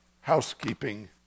housekeeping